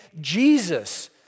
Jesus